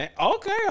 Okay